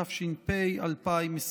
התש"ף 2020,